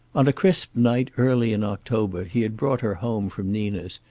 on a crisp night early in october he had brought her home from nina's,